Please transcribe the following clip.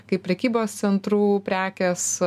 kaip prekybos centrų prekės